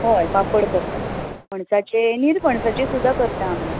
हय पापड करता पणसाचे निरफणसाचे सुद्दा करता आमी